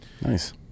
Nice